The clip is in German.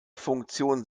funktion